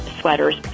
sweaters